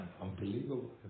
Unbelievable